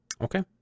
okay